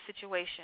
situation